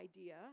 idea